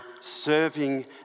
serving